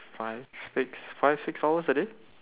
five six five six hours a day